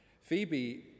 Phoebe